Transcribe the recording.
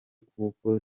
kuko